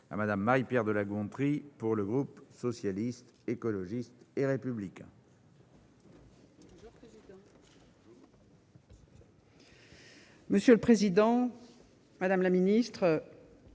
à Mme Marie-Pierre de La Gontrie, pour le groupe Socialiste, Écologiste et Républicain. Monsieur le président, madame la ministre,